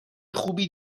خوبی